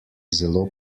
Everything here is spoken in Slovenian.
zelo